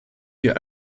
wir